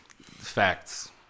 Facts